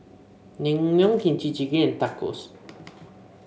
Naengmyeon Kimchi Jjigae and Tacos